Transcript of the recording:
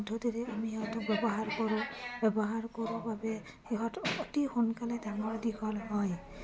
পদ্ধতিৰে আমি সিহঁতক ব্যৱহাৰ কৰোঁ ব্যৱহাৰ কৰোঁ বাবে সিহঁত অতি সোনকালে ডাঙৰ দীঘল হয়